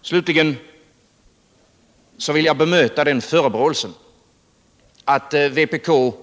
Slutligen vill jag bemöta förebråelsen för att vpk inte,